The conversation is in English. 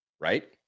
right